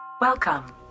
Welcome